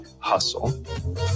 hustle